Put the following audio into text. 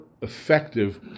effective